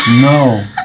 No